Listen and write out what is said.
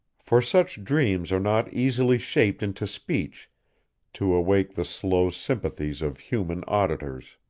for such dreams are not easily shaped into speech to awake the slow sympathies of human auditors